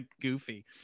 goofy